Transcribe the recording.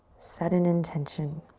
set an intention.